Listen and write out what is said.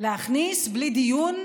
להכניס בלי דיון,